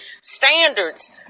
standards